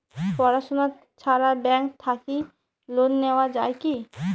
পড়াশুনা ছাড়া ব্যাংক থাকি লোন নেওয়া যায় কি?